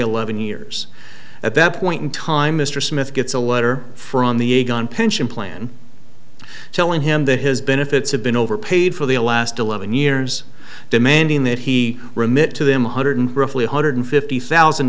eleven years at that point in time mr smith gets a letter from the aegon pension plan telling him that his benefits have been overpaid for the last eleven years demanding that he remit to them one hundred roughly one hundred fifty thousand